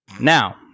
Now